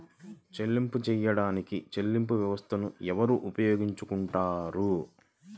చెల్లింపులు చేయడానికి చెల్లింపు వ్యవస్థలను ఎవరు ఉపయోగించుకొంటారు?